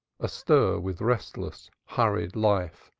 astir with restless, hurried life,